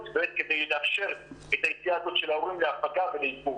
כדי לאפשר את היציאה הזאת של ההורים להחרגה ולאוורור.